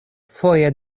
foje